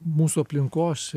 mūsų aplinkos